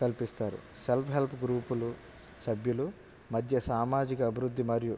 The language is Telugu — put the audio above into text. కల్పిస్తారు సెల్ఫ్ హెల్ప్ గ్రూపులు సభ్యులు మధ్య సామాజిక అభివృద్ధి మరియు